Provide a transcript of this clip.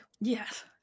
Yes